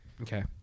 Okay